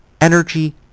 energy